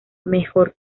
mejor